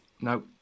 no